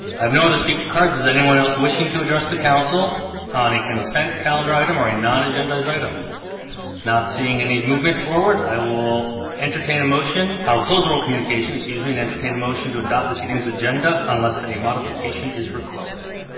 i've no other speaker cards is anyone else wishing to address the council on a consent calendar item or a non agenda item not seeing any movement forward. i will entertain a motion. i'll close oral communication. excuse me and entertain a motion to adopt the seedings agenda unless a modification is requested.